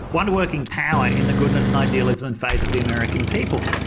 wonder-working power in the goodness and idealism and faith of the american people.